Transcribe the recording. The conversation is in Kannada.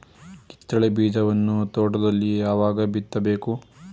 ಕಿತ್ತಳೆ ಬೀಜವನ್ನು ತೋಟದಲ್ಲಿ ಯಾವಾಗ ಬಿತ್ತಬೇಕು?